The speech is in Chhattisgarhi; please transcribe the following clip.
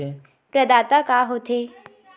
प्रदाता का हो थे?